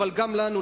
אבל גם לנו,